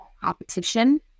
competition